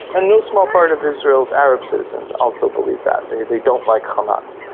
and no small part of israel's arab citizens also believe that, they they don't like hamas.